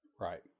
Right